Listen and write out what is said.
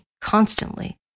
constantly